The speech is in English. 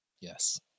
Yes